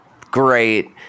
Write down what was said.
great